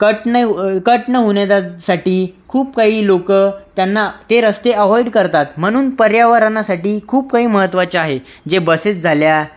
cut न cut न होण्याच्यासाठी खूप काही लोक त्यांना ते रस्ते अव्हॉइड करतात म्हणून पर्यावरणासाठी खूप काही महत्वाच्या आहे जे बसेस झाल्या